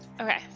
Okay